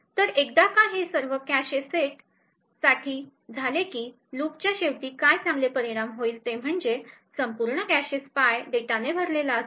तर एकदा का हे सर्व कॅशे सेट साठी झाले की लूपच्या शेवटी काय चांगले परिणाम होईल ते म्हणजे संपूर्ण कॅशे स्पाय डेटाने भरलेले आहे